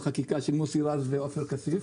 החקיקה של חברי כנסת מוסי רז ועופר כסיף.